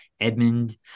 Edmund